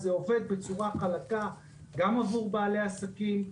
זה עובד בצורה חלקה גם עבור בעלי עסקים,